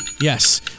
Yes